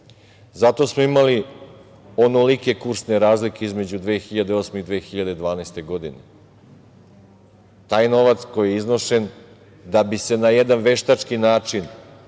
smo imali onolike kursne razlike između 2008. i 2012. godine. Taj novac koji je iznošen da bi se na jedan veštački način